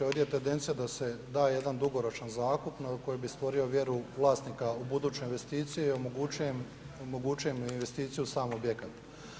Ovdje je tendencija da se da jedan dugoročan zakup koji bi stvorio vjeru vlasnika u buduće investicije i omogućio im investiciju samih objekata.